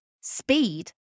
Speed